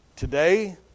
Today